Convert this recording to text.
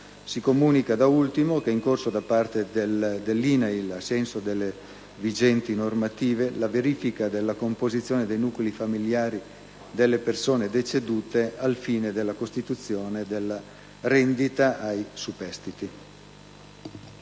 Si comunica, da ultimo, che è in corso da parte dell'INAIL, ai sensi delle vigenti normative, la verifica della composizione dei nuclei familiari delle persone decedute al fine della costituzione della rendita ai superstiti.